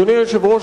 אדוני היושב-ראש,